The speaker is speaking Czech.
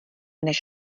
než